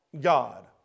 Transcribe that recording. god